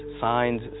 signs